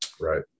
Right